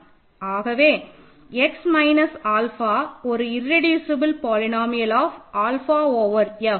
ஆகவே x minus alpha ஒரு irreducible polynomial of alpha over F